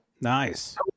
Nice